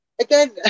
again